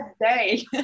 day